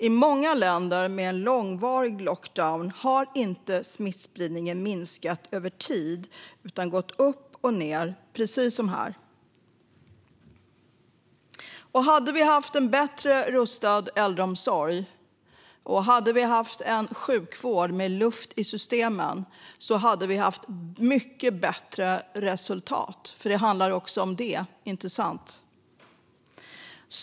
I många länder med långvarig lockdown har smittspridningen inte minskat över tid utan gått upp och ned, precis som här. Hade vi haft en bättre rustad äldreomsorg och en sjukvård med luft i systemen hade vi haft mycket bättre resultat. Det handlar ju också om detta - inte sant?